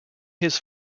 his